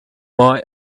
boy